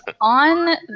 on